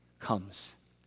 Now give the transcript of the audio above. comes